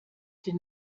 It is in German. den